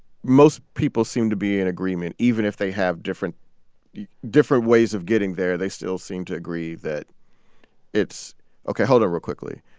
most people seem to be in agreement. even if they have different different ways of getting there, they still seem to agree that it's ok. hold up real quickly.